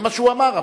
זה מה שהוא אמר.